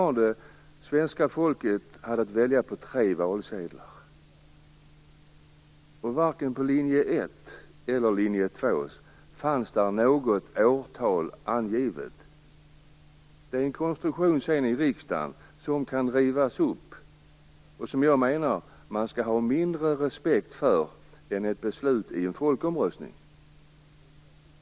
Det är en senare konstruktion i riksdagen som kan rivas upp, och som jag menar att man skall ha mindre respekt för än för ett beslut i en folkomröstning.